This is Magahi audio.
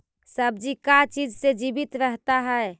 सब्जी का चीज से जीवित रहता है?